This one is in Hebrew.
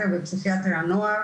פסיכיאטר ופסיכיאטר הנוער,